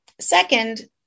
Second